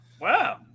Wow